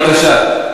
בבקשה.